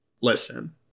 listen